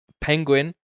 Penguin